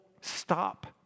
stop